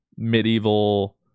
medieval